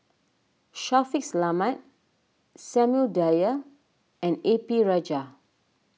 Shaffiq Selamat Samuel Dyer and A P Rajah